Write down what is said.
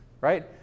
Right